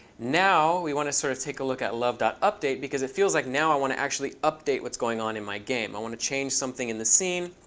now, we want to sort of take a look at love update, because it feels like now i want to actually update what's going on in my game. i want to change something in the scene.